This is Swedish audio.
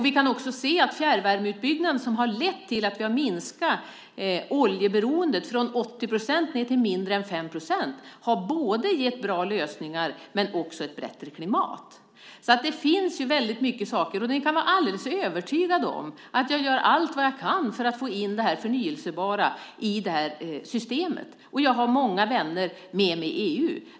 Vi kan också se att fjärrvärmeutbyggnaden, som har lett till att vi har minskat oljeberoendet från 80 % ned till mindre än 5 %, både har gett bra lösningar och ett bättre klimat. Det finns väldigt mycket saker, och ni kan vara alldeles övertygade om att jag gör allt jag kan för att få in det förnybara i det här systemet. Jag har många vänner med mig i EU.